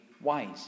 wise